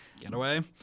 Getaway